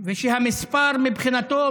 ושהמספר מבחינתו,